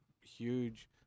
huge